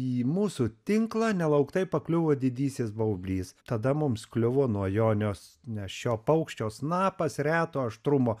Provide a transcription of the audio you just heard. į mūsų tinklą nelauktai pakliuvo didysis baublys tada mums kliuvo nuo jo nios nes šio paukščio snapas reto aštrumo